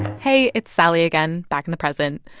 hey, it's sally again, back in the present.